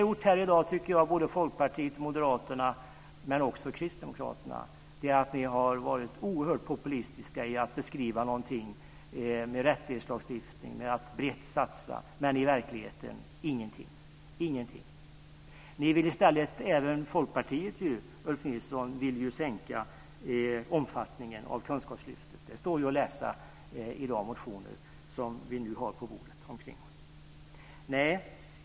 Jag tycker att Folkpartiet och Moderaterna men också Kristdemokraterna i dag har varit oerhört populistiska när det gäller att beskriva någonting med rättighetslagstiftning och med att man satsar brett, men i verkligheten är det ingenting. Även Folkpartiet, Ulf Nilsson, vill ju minska omfattningen av Kunskapslyftet. Det står att läsa i de motioner som vi nu har på bordet.